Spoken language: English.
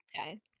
Okay